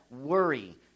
worry